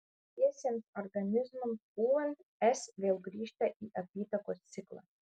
negyviesiems organizmams pūvant s vėl grįžta į apytakos ciklą